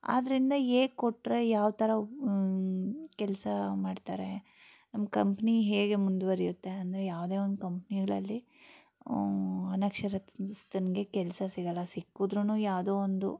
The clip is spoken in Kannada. ಆದ್ದರಿಂದ ಹೇಗ್ ಕೊಟ್ಟರೆ ಯಾವ ಥರ ಕೆಲಸ ಮಾಡ್ತಾರೆ ನಮ್ಮ ಕಂಪ್ನಿ ಹೇಗೆ ಮುಂದುವರಿಯುತ್ತೆ ಅಂದರೆ ಯಾವುದೇ ಒಂದು ಕಂಪ್ನಿಗಳಲ್ಲಿ ಅನಕ್ಷರಸ್ಥನ್ಗೆ ಕೆಲಸ ಸಿಗೋಲ್ಲ ಸಿಕ್ಕಿದ್ರುನೂ ಯಾವುದೋ ಒಂದು